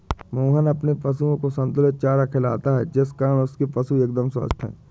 मोहन अपने पशुओं को संतुलित चारा खिलाता है जिस कारण उसके पशु एकदम स्वस्थ हैं